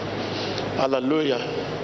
Hallelujah